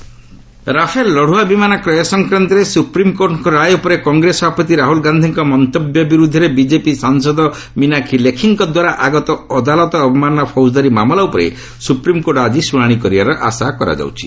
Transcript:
SC Rahul Rafale ଲଢୁଆ ବିମାନ କ୍ରୟ ସଂକ୍ରାନ୍ତରେ ସୁପ୍ରିମକୋର୍ଟଙ୍କ ରାୟ ଉପରେ କଂଗ୍ରେସ ସଭାପତି ରାହୁଲ ଗାନ୍ଧିଙ୍କ ମନ୍ତବ୍ୟ ବିରୂଦ୍ଧରେ ବିଜେପି ସାଂସଦ ମୀନାକ୍ଷି ଲେଖିଙ୍କ ଦ୍ୱାରା ଆଗତ ଅଦାଲତ ଅବମାନନା ଫୌଜଦାରୀ ମାମଲା ଉପରେ ସୁପ୍ରିମକୋର୍ଟ ଆଜି ଶୁଣାଶି କରିବାର ଆଶା କରାଯାଉଛି